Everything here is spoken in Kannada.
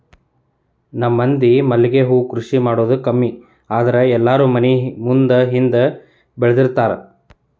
ನಮ್ಮ ಮಂದಿ ಮಲ್ಲಿಗೆ ಹೂ ಕೃಷಿ ಮಾಡುದ ಕಮ್ಮಿ ಆದ್ರ ಎಲ್ಲಾರೂ ಮನಿ ಮುಂದ ಹಿಂದ ಬೆಳ್ದಬೆಳ್ದಿರ್ತಾರ